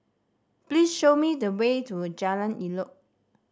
please show me the way to Jalan Elok